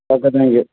okay thank you